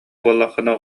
буоллаххына